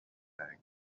bag